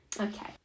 Okay